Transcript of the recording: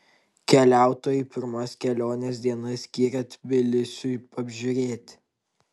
keliautojai pirmas kelionės dienas skyrė tbilisiui apžiūrėti